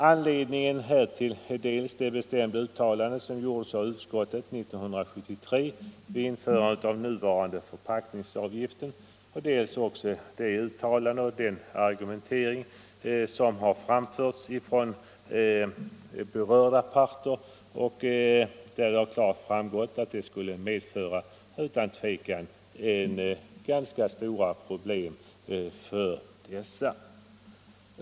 Anledningen härtill är dels det bestämda uttalande som gjordes av utskottet 1973 vid införandet av den nuvarande förpackningsavgiften, dels de uttalanden och de argument som har framförts från berörda parter och där det har klart framgått att en höjning skulle medföra ganska stora problem.